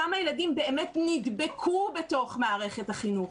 כמה ילדים באמת נדבקו בתוך מערכת החינוך?